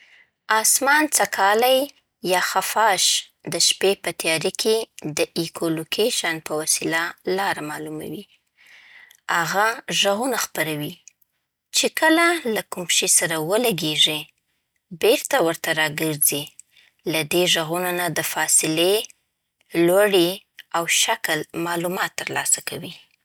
آسمان څکالی یا خفاش د شپې په تیاره کې د ایکو لوکېشن په وسیله لاره معلوموي: هغه ږغونه خپروي، چې کله له کوم شی سره ولګیږي، بېرته ورته راګرځي؛ له دې ږغونه نه د فاصله، لوري او شکل معلومات ترلاسه کوي.